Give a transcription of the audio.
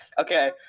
Okay